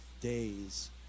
days